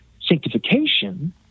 Sanctification